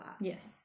yes